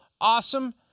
awesome